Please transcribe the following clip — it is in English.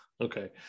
Okay